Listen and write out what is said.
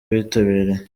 bitabiriye